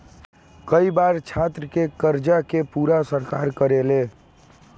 कई बार छात्र के कर्जा के पूरा सरकार करेले